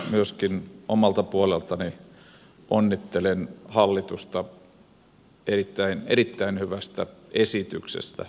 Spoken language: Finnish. myöskin omalta puoleltani onnittelen hallitusta erittäin hyvästä esityksestä